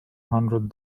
hundred